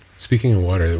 speaking of water,